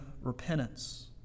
repentance